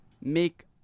make